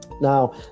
now